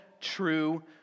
true